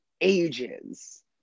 ages